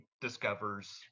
discovers